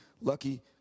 Lucky